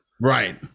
Right